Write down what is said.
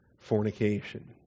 fornication